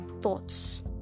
thoughts